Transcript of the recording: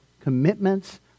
commitments